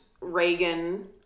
Reagan